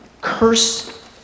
curse